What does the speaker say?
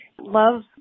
Love